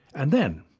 and then,